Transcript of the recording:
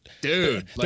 Dude